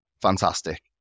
Fantastic